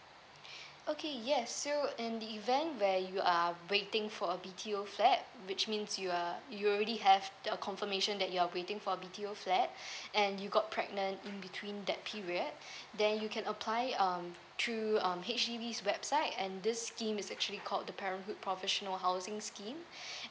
okay yes so in the event where you are waiting for a B_T_O flat which means you are you already have the confirmation that you're waiting for B_T_O flat and you got pregnant in between that period then you can apply um through um H_D_B website and this scheme is actually called the parenthood professional housing scheme